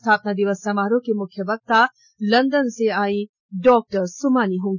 स्थापना दिवस समारोह की मुख्य वक्ता लंदन ने आई डॉ सुमानी होंगी